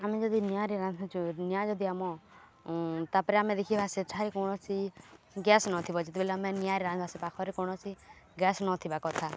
ଆମେ ଯଦି ନିଆଁରେ ରାନ୍ଧୁଚୁ ନିଆଁ ଯଦି ଆମ ତାପରେ ଆମେ ଦେଖିବା ସେଠାରେି କୌଣସି ଗ୍ୟାସ୍ ନଥିବ ଯେତେବେଲେ ଆମେ ନିଆଁରେ ରାନ୍ଧିବାସେ ପାଖରେ କୌଣସି ଗ୍ୟାସ୍ ନଥିବା କଥା